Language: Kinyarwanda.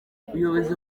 ubuyobozi